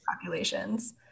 populations